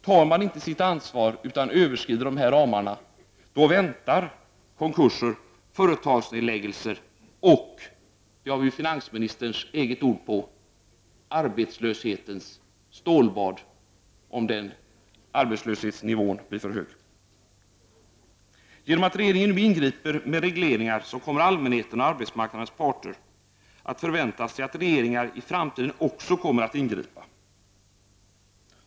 Tar de inte sitt ansvar utan överskrider ramarna, då väntar konkurser, företagsnedläggelser och — det har vi finansministerns eget ord på — ”arbetslöshetens stålbad”, om arbetslöshetsnivån blir för hög. Genom att regeringen nu ingriper med regleringar, kommer allmänheten och arbetsmarknadens parter att förvänta sig att regeringar också i framtiden skall ingripa.